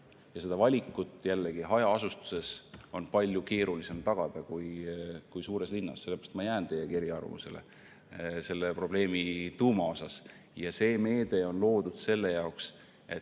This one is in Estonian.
Seda valikut on jällegi hajaasustuses palju keerulisem tagada kui suures linnas. Sellepärast ma jään eriarvamusele selle probleemi tuuma puhul. See meede on loodud selle jaoks,